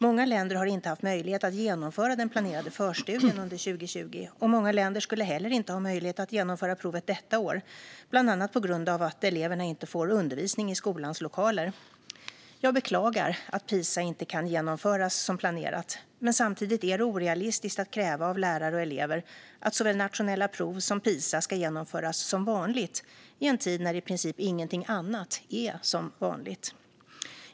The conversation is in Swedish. Många länder har inte haft möjlighet att genomföra den planerade förstudien under 2020, och många länder skulle heller inte ha möjlighet att genomföra provet detta år, bland annat på grund av att eleverna inte får undervisning i skolans lokaler. Jag beklagar att Pisa inte kan genomföras som planerat, men samtidigt är det orealistiskt att kräva av lärare och elever att såväl nationella prov som Pisa ska genomföras som vanligt i en tid när i princip ingenting annat är som vanligt.